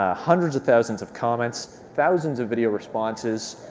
ah hundreds of thousands of comments, thousands of video responses,